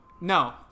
no